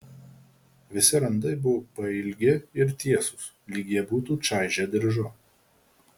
visi randai buvo pailgi ir tiesūs lyg ją būtų čaižę diržu